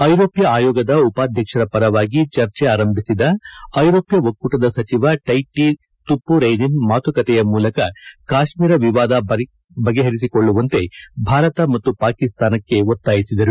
ಐರೋಷ್ಠ ಆಯೋಗದ ಉಪಾಧ್ಯಕ್ಷರ ಪರವಾಗಿ ಚರ್ಚೆ ಆರಂಭಿಸಿದ ಐರೋಷ್ಠ ಒಕ್ಕೂಟದ ಸಚಿವ ಟೈಟ್ಟ ತುಪ್ಪುರೈನೆನ್ ಮಾತುಕತೆಯ ಮೂಲಕ ಕಾಶ್ಮೀರ ವಿವಾದ ಪರಿಹರಿಸಿಕೊಳ್ಳುವಂತೆ ಭಾರತ ಮತ್ತು ಪಾಕಿಸ್ತಾನಕ್ಕೆ ಒತ್ತಾಯಿಸಿದರು